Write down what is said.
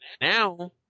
Now